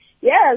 Yes